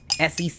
SEC